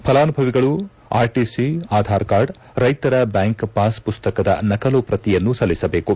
ಫಲಾನುಭವಿಗಳು ಆರ್ಟಿಸಿ ಆಧಾರ್ಕಾರ್ಡ್ ರೈತರ bank pass ಮಸ್ತಕದ ನಕಲು ಪ್ರತಿಯನ್ನು ಸಲ್ಲಿಸಬೇಕು